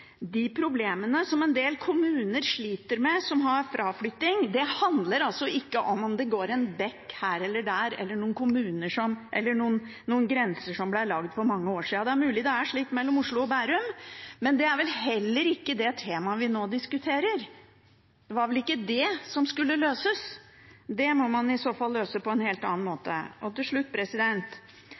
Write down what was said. de problemene som en del kommuner sliter med, som har fraflytting. Det handler altså ikke om hvorvidt det går en bekk her eller der, eller om noen grenser som ble lagd for mange år siden. Det er mulig det er slik mellom Oslo og Bærum, men det er vel heller ikke det temaet vi nå diskuterer, det var vel ikke det som skulle løses. Det må man i så fall løse på en helt annen måte. Til slutt: